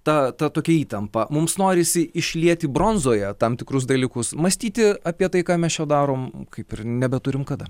ta ta tokia įtampa mums norisi išlieti bronzoje tam tikrus dalykus mąstyti apie tai ką mes čia darom kaip ir nebeturim kada